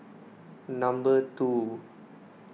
number two